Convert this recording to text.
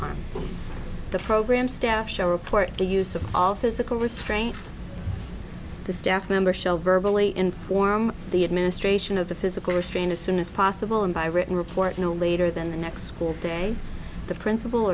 harm the program staff shall report a use of all physical restraint the staff member shell verbal e inform the administration of the physical restraint as soon as possible and by written report no later than the next school day the principal